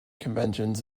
conventions